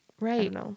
Right